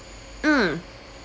mm